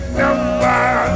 number